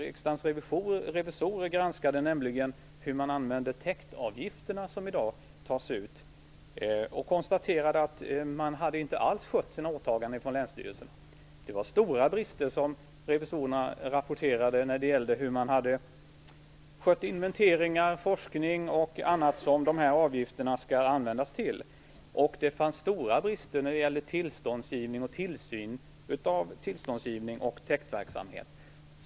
Riksdagens revisorer har granskat hur man använder de täktavgifter som i dag tas ut och konstaterade då att länsstyrelserna inte alls hade skött sina åtaganden. Revisorerna rapporterade stora brister när det gällde hur man skött inventeringar, forskning och annat som avgifterna skall användas till. Det fanns också stora brister när det gällde tillståndsgivning samt tillsyn av tillståndsgivning och täktverksamhet.